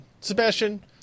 Sebastian